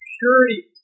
purity